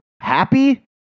Happy